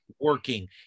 working